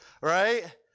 right